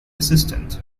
assistant